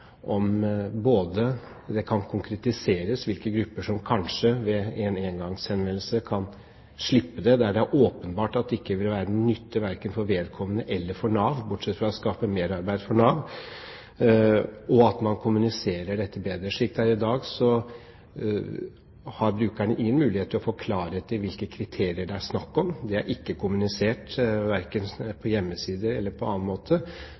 om det både kan konkretiseres hvilke grupper som ved en engangshenvendelse kanskje kan slippe meldeplikt der det er åpenbart at det ikke vil være noen nytte, verken for vedkommende eller for Nav, bortsett fra å skape merarbeid for Nav, og at man kommuniserer dette bedre. Slik det er i dag, har brukeren ingen mulighet til å få klarhet i hvilke kriterier det er snakk om. Det er ikke kommunisert, verken på hjemmeside eller på annen måte.